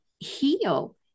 heal